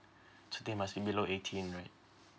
so they must be below eighteen right